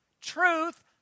Truth